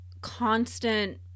constant